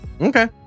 Okay